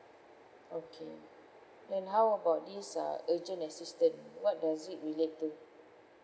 okay then how about this uh urgent assistance what does it relate to